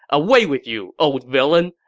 away with you, old villain,